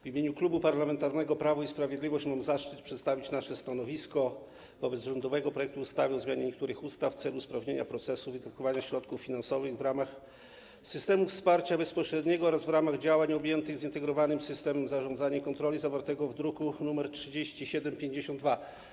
W imieniu Klubu Parlamentarnego Prawo i Sprawiedliwość mam zaszczyt przedstawić nasze stanowisko wobec rządowego projektu ustawy o zmianie niektórych ustaw w celu usprawnienia procesu wydatkowania środków finansowych w ramach systemów wsparcia bezpośredniego oraz w ramach działań objętych zintegrowanym systemem zarządzania i kontroli zawartego w druku nr 3752.